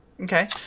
Okay